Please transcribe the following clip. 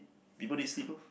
people need sleep lor